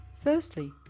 Firstly